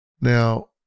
Now